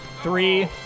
Three